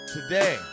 Today